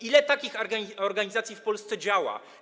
Ile takich organizacji w Polsce działa?